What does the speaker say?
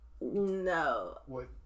No